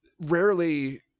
rarely